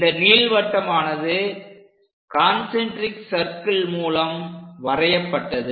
இந்த நீள்வட்டமானது concentric circle மூலம் வரையப்பட்டது